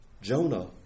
Jonah